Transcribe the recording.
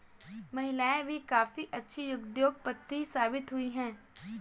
महिलाएं भी काफी अच्छी उद्योगपति साबित हुई हैं